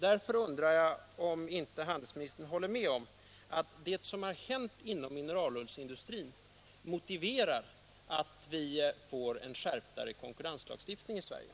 Därför undrar jag om inte handelsministern instämmer i att det som har hänt inom mineralullsindustrin motiverar att vi får en mera skärpt konkurrenslagstiftning i Sverige.